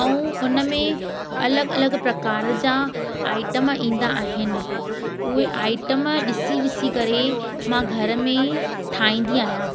ऐं उन में अलॻि अलॻि प्रकार जा आइटम ईंदा आहिनि उहे आइटम ॾिसी ॾिसी करे मां घर में ठाहींदी आहियां